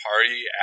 Party